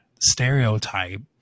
stereotype